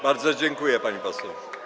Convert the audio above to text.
Bardzo dziękuję, pani poseł.